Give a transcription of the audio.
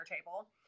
table